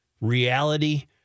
reality